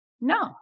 No